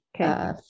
Okay